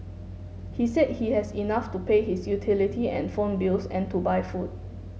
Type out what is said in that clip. he said he has enough to pay his utility and phone bills and to buy food